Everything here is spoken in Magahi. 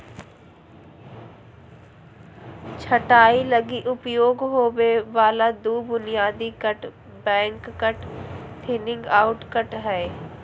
छंटाई लगी उपयोग होबे वाला दो बुनियादी cut back cut, thinning out cut हइ